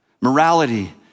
Morality